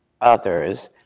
others